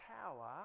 power